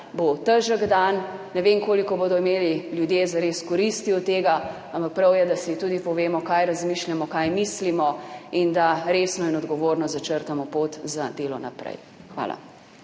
bo težek dan. Ne vem, koliko bodo imeli ljudje zares koristi od tega, ampak prav je, da si tudi povemo, kaj razmišljamo, kaj mislimo, in da resno in odgovorno začrtamo pot za delo naprej. Hvala.